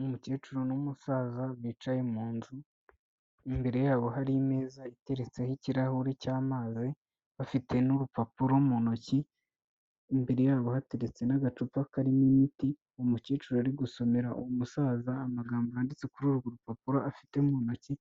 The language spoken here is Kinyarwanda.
Umukecuru n'umusaza bicaye mu nzu, imbere yabo hari imeza iteretseho ikirahure cy'amazi, bafite n'urupapuro mu ntoki imbere yabo hateretse n'agacupa karimo imiti, umukecuru ari gusomera umusaza amagambo yanditse kuri urwo rupapuro afite mu ntoki,